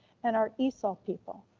and our esol people.